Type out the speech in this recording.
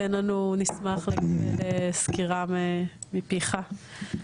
נשמח לקבל סקירה מפיך.